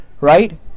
right